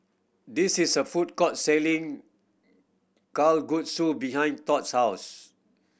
this is a food court selling Kalguksu behind Tod's house